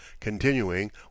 Continuing